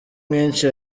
mwinshi